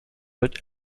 wird